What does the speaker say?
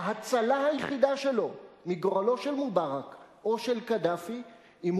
ההצלה היחידה שלו מגורלו של מובארק או של קדאפי היא אם